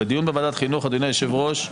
אדוני היושב-ראש,